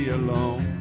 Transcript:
alone